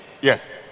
Yes